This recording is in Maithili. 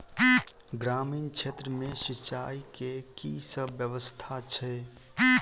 ग्रामीण क्षेत्र मे सिंचाई केँ की सब व्यवस्था छै?